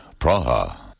Praha